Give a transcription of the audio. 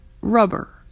rubber